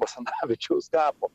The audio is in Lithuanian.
basanavičiaus kapo